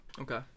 Okay